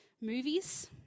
Movies